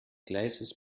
gleises